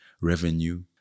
revenue